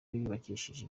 yubakishije